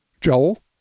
joel